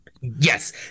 Yes